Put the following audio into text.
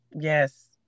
Yes